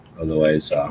Otherwise